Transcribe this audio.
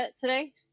today